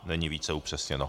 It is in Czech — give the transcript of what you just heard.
Není více upřesněno.